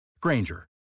Granger